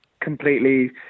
completely